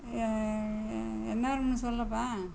எந்நேரம்னு சொல்லப்பா